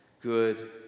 good